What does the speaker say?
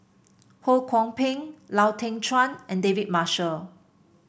Ho Kwon Ping Lau Teng Chuan and David Marshall